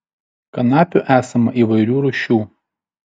kanapių esama įvairių rūšių